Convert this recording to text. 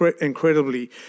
incredibly